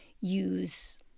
use